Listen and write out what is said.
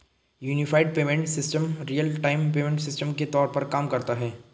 unified payment system real time payment system के तौर पर काम करता है